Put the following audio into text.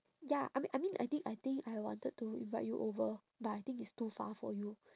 ya I mean I mean I think I think I wanted to invite you over but I think it's too far for you